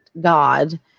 God